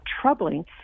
troubling